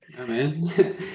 Amen